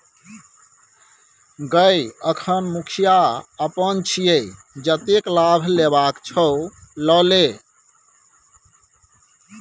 गय अखन मुखिया अपन छियै जतेक लाभ लेबाक छौ ल लए